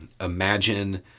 Imagine